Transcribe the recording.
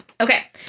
Okay